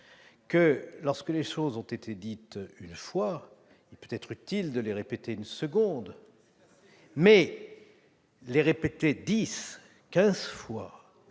que, lorsque les choses ont été dites une fois, il peut être utile de les dire une seconde fois, mais les répéter dix ou quinze fois,